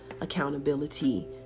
accountability